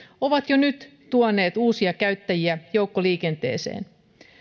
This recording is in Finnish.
ovat jo nyt tuoneet uusia käyttäjiä joukkoliikenteeseen